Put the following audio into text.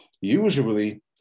usually